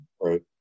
right